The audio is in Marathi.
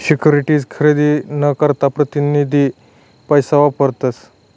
सिक्युरीटीज खरेदी ना करता प्रतीनिधी पैसा वापरतस